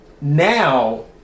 Now